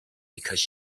because